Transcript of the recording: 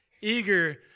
eager